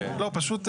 נכון.